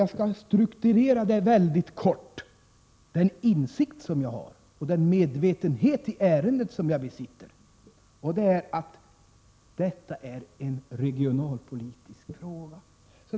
Jag skall kortfattat strukturera den insikt som jag har och den medvetenhet i ärendet som jag besitter, och det är att detta är en regionalpolitisk fråga.